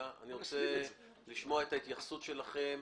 אני רוצה לשמוע את ההתייחסות של רשות ההגבלים העסקיים,